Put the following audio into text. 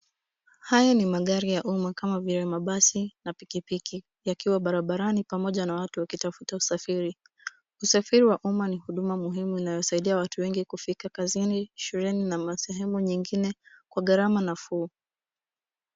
Haya ni magari ya umma kama vile mabasi, na pikipiki. Yakiwa barabarani pamoja na watu wakitafuta usafiri. Usafiri wa umma ni huduma muhimu inayosaidia watu wengi kufika kazini, shuleni, na masehemu nyingine, kwa gharama nafuu.